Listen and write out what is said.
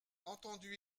entendu